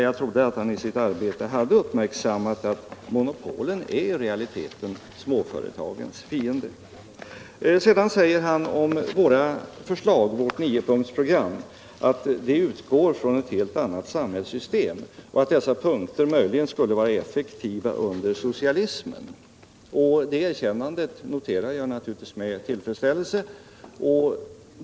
Jag trodde att han i sitt arbete hade uppmärksammat att monopolen i realiteten är småföretagens fiender. Om vårt program i nio punkter säger Bengt Sjönell att det utgår från ett helt annat samhällssystem och att dessa punkter skulle vara effektiva i ett socialistiskt samhällssystem. Det erkännandet noterar jag naturligtvis med tillfredsställelse.